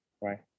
right